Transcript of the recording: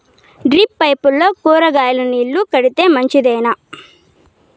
Drip పైపుల్లో కూరగాయలు నీళ్లు కడితే మంచిదేనా?